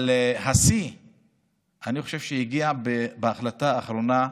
אבל אני חושב שהשיא הגיע בהחלטה האחרונה,